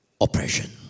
oppression